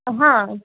હા